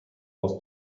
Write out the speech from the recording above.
was